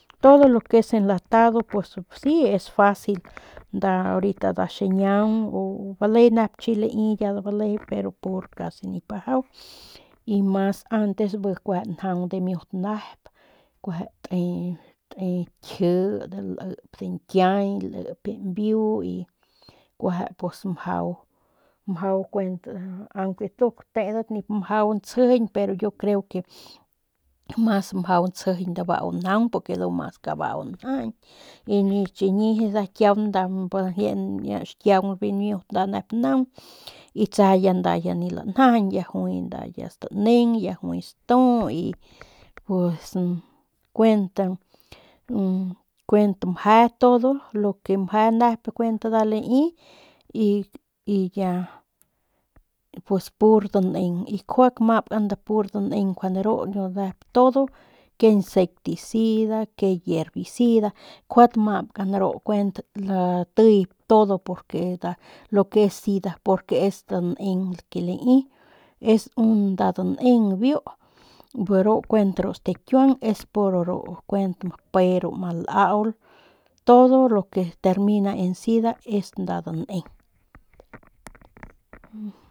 Todo lo que es enlatado pus si es facil nda orita nda xiñiaung u bale nep chi lai bale pero pur casi nip bajau y mas antes bikueje njaung dimiut nep kueje te te kji lep diñkiay lep mbiu y kuejep pus mjau mjau kuent aunque nduk tedat nip mjau ntsjijiñ pero yo creo que mas mjau ntsjijiñ dabau njaung porque ndu mas kabau njajañp y de chiñi nda kiaunan ñjie dimiut nep xkiaung dimiut nda nep naung y tseje ya nda nip lanjajañ ya juay ya nda staneng y ya juay stu y pus kuent kuent meje todo lo que meje nep kuent nda lai y ya pus, pur daneng y kjua tamabkan nda pur daneng njuande ru yu que incectisida que yervicida kjua tamabkan ru kuent atiy todo porque es sida porque es daneng lo que lai es un nda daneng biu ru kuent ru stakiuang es pur kuent mpe ru ma laul todo lo que termina en sida es nda daneng.